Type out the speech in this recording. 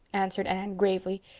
answered anne gravely.